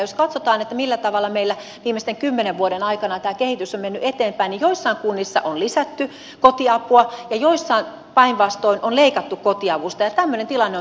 jos katsotaan millä tavalla tämä kehitys on mennyt meillä eteenpäin viimeisten kymmenen vuoden aikana niin joissain kunnissa on lisätty kotiapua ja joissain päinvastoin on leikattu kotiavusta ja tämmöinen tilanne on täysin kestämätön